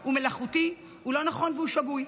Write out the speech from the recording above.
הוא מלאכותי, הוא לא נכון והוא שגוי.